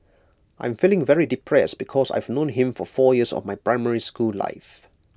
I'm feeling very depressed because I've known him for four years of my primary school life